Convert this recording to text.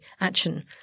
action